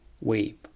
wave